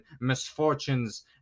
misfortunes